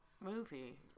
movie